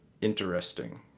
interesting